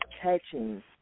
catching